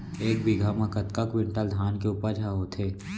एक बीघा म कतका क्विंटल धान के उपज ह होथे?